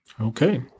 Okay